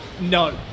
No